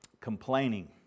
complaining